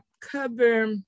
cover